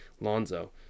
Lonzo